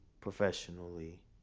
professionally